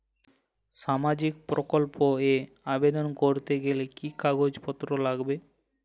সামাজিক প্রকল্প এ আবেদন করতে গেলে কি কাগজ পত্র লাগবে?